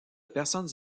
personnes